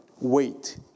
Wait